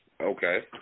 Okay